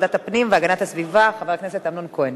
ועדת הפנים והגנת הסביבה חבר הכנסת אמנון כהן.